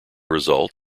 result